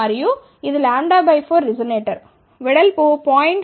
మరియు ఇది λ 4 రెసొనేటర్ వెడల్పు 0